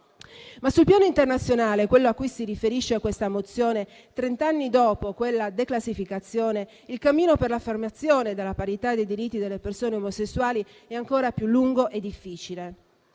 Sul piano internazionale (quello a cui si riferisce questa mozione), trent'anni dopo quella declassificazione il cammino per l'affermazione della parità dei diritti delle persone omosessuali è ancora più lungo e difficile.